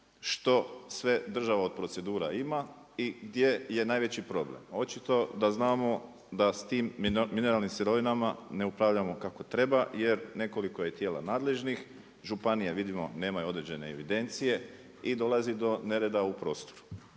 što sve država od procedura ima i gdje je najveći problem. Očito da znamo da s tim mineralnim sirovinama ne upravljamo kako treba jer nekoliko je tijela nadležnih, županije vidimo nemaju određene evidencije i dolazi do nereda u prostoru.